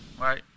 right